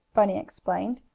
bunny explained.